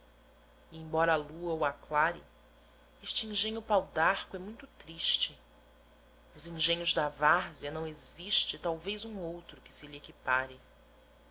embora a lua o aclare este engenho pau darco é muito triste nos engenhos da várzea não existe talvez um outro que se lhe